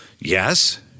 yes